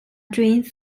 drains